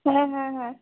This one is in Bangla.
হ্যাঁ হ্যাঁ হ্যাঁ